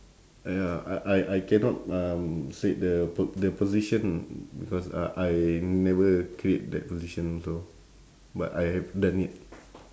ya I I I cannot um say the p~ the position because uh I never create that position also but I have done it